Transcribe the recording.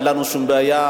אין לנו שום בעיה.